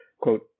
quote